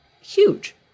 huge